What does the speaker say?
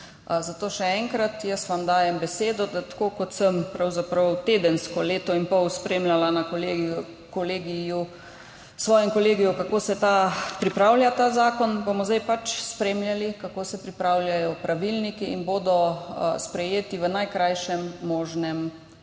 zato še enkrat, jaz vam dajem besedo, tako kot sem pravzaprav tedensko leto in pol spremljala na svojem kolegiju, kako se pripravlja ta zakon, da bomo zdaj spremljali, kako se pripravljajo pravilniki, ki bodo sprejeti v najkrajšem možnem času.